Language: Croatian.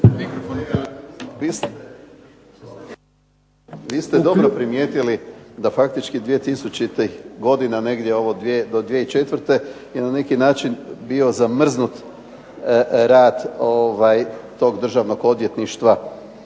razumije se./… Vi ste dobro primijetili da faktički 2000-ih godina, negdje ovo do 2004. je na neki način bio zamrznut rad tog državnog odvjetništva